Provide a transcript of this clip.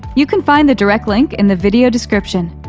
you can find the direct link in the video description.